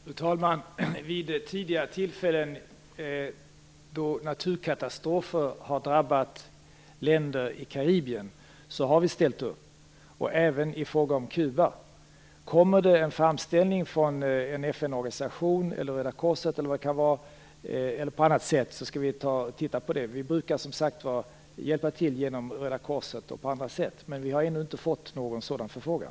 Fru talman! Vid tidigare tillfällen då naturkatastrofer har drabbat länder i Karibien har vi ställt upp, även i fråga om Kuba. Kommer det en framställan från en FN-organisation, från Röda korset eller på annat sätt skall vi undersöka det. Vi brukar som sagt var hjälpa till genom Röda korset eller på andra sätt. Men vi har ännu inte fått någon sådan förfrågan.